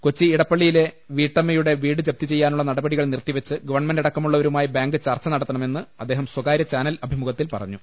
കൊച്ചി ഇടപ്പള്ളിയിലെ വീട്ടമ്മയുടെ വീട് ജപ്തി ചെയ്യാനുള്ള നടപടികൾ നിർത്തിവെച്ച് ഗവൺമെന്റ് അടക്കമുള്ളവരുമായി ബാങ്ക് ചർച്ച നടത്തണ മെന്ന് അദ്ദേഹം സ്വകാര്യ ചാനൽ അഭിമുഖത്തിൽ പറഞ്ഞു